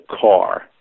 car